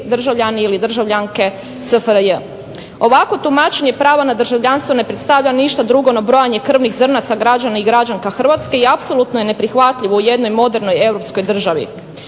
državljani ili državljanke SFRJ. Ovako tumačenje prava na državljanstvo ne predstavlja ništa drugo no brojanje krvnih zrnaca građana i građanka Hrvatske i apsolutno je neprihvatljivo u jednoj modernoj europskoj državi.